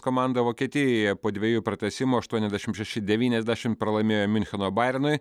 komanda vokietijoje po dviejų pratęsimų aštuoniasdešimt šeši devyniasdešimt pralaimėjo miuncheno baironui